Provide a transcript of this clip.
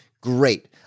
great